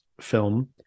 film